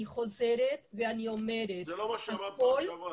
אני חוזרת ואני אומרת --- זה לא מה שאמרת בפעם שעברה.